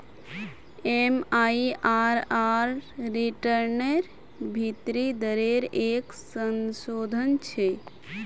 MIRR रिटर्नेर भीतरी दरेर एक संशोधन छे